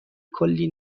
کلی